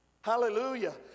Hallelujah